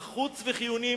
נחוץ וחיוני,